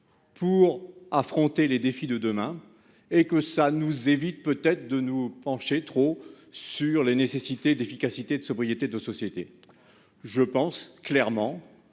Pour affronter les défis de demain et que ça nous évite peut-être de nous pencher trop sur la nécessité d'efficacité de sobriété de société. Je pense clairement